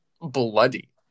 bloody